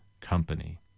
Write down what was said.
company